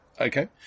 Okay